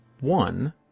One